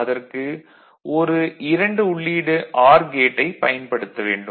அதற்கு ஒரு 2 உள்ளீடு ஆர் கேட்டைப் பயன்படுத்த வேண்டும்